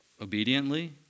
obediently